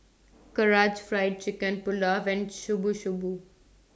Karaage Fried Chicken Pulao and Shubu Shubu